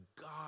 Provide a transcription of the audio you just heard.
God